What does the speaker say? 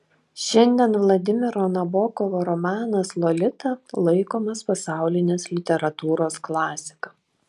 šiandien vladimiro nabokovo romanas lolita laikomas pasaulinės literatūros klasika